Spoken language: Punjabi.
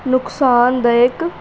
ਨੁਕਸਾਨਦਾਇਕ